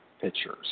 pictures